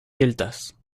gueltas